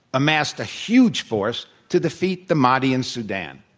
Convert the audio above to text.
amassed a huge force to defeat the mahdi in sudan.